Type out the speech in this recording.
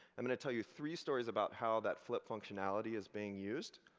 i'm going to tell you three stories about how that flip functionality is being used.